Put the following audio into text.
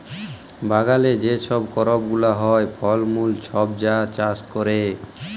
বাগালে যে ছব করপ গুলা হ্যয়, ফল মূল ছব যা চাষ ক্যরে